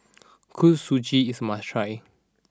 Kuih Suji is must try